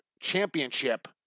championship